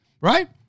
Right